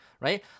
right